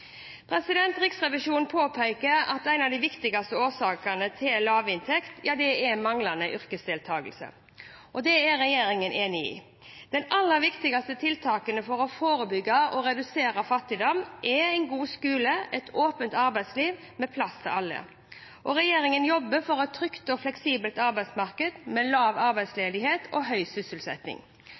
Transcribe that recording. Riksrevisjonen påpeker at en av de viktigste årsakene til lavinntekt er manglende yrkesdeltakelse. Det er regjeringen enig i. De aller viktigste tiltakene for å forebygge og redusere fattigdom er en god skole og et åpent arbeidsliv med plass til alle. Regjeringen jobber for et trygt og fleksibelt arbeidsmarked med lav arbeidsledighet og høy sysselsetting.